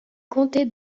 comté